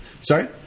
Sorry